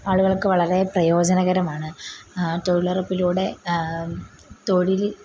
ആളുകൾക്ക് വളരെ പ്രയോജനകരമാണ് തൊഴിലുറപ്പിലൂടെ തൊഴിൽ